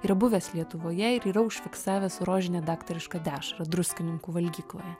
yra buvęs lietuvoje ir yra užfiksavęs rožinę daktarišką dešrą druskininkų valgykloje